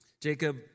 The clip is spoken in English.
Jacob